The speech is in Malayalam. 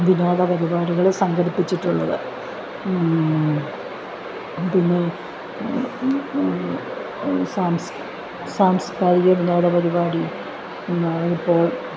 വിനോദ പരിപാടികൾ സംഘടിപ്പിച്ചിട്ടുള്ളത് പിന്നെ സാംസ്കാരിക വിനോദ പരിപാടി ഇപ്പോൾ